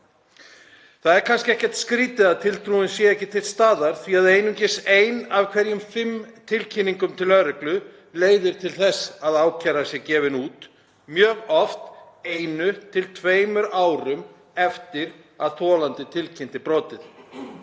Það er kannski ekkert skrýtið að tiltrúin sé ekki til staðar því að einungis ein af hverjum fimm tilkynningum til lögreglu leiðir til þess að ákæra er gefin út, mjög oft einu til tveimur árum eftir að þolandi tilkynnti brotið.